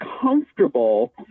comfortable